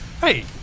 Hey